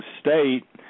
state